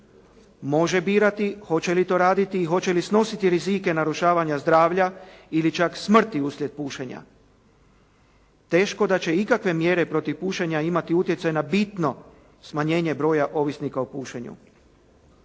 Može birati hoće li to raditi i hoće li snositi rizike narušavanja zdravlja ili čak smrti uslijed pušenja, teško da će ikakve mjere protiv pušenja imati utjecaj na bitno smanjenje broja ovisnika o pušenju.